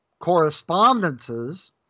correspondences